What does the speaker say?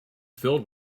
filled